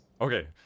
Okay